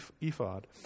ephod